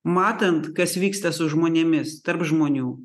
matant kas vyksta su žmonėmis tarp žmonių